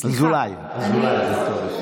חבר הכנסת אזולאי, במלרע, לא אזולאי, במלעיל.